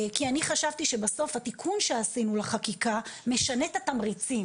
כי אני חשבתי שבסוף התיקון שעשינו לחקיקה משנה את התמריצים,